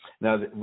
Now